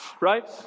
right